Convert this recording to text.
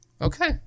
okay